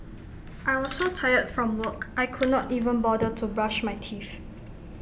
I was so tired from work I could not even bother to brush my teeth